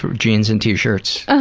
um jeans and t-shirts.